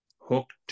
hooked